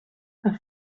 een